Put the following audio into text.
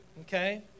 Okay